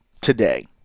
today